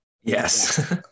Yes